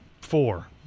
four